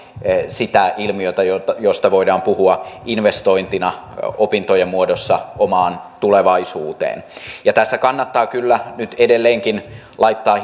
sitä ilmiötä josta voidaan puhua investointina opintojen muodossa omaan tulevaisuuteen tässä kannattaa kyllä nyt edelleenkin laittaa